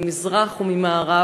ממזרח וממערב,